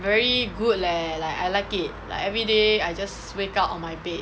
very good leh like I like it like everyday I just wake up on my bed